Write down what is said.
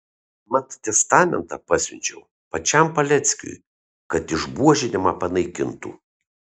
mat testamentą pasiunčiau pačiam paleckiui kad išbuožinimą panaikintų